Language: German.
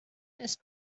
ist